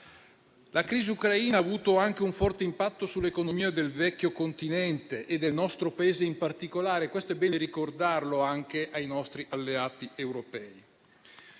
La crisi Ucraina ha avuto anche un forte impatto sull'economia del vecchio continente e del nostro Paese in particolare: questo è bene ricordarlo anche ai nostri alleati europei.